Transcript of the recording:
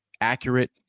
accurate